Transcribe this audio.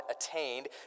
attained